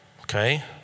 Okay